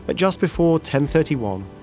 ah just before ten thirty one,